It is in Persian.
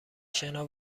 شنا